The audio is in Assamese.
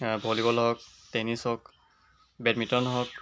ভলীবল হওক টেনিছ হওক বেডমিণ্টন হওক